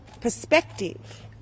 perspective